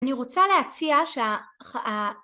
‫אני רוצה להציע שה...